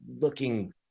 looking